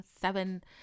seven